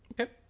Okay